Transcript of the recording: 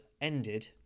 ended